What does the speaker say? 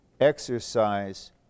exercise